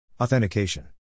Authentication